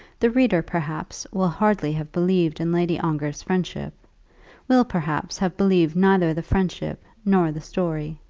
the reader, perhaps, will hardly have believed in lady ongar's friendship will, perhaps, have believed neither the friendship nor the story.